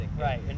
right